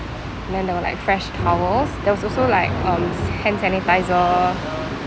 and then there were like fresh towels they were also like um hand sanitiser